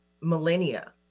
millennia